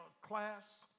class